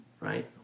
Right